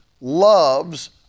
loves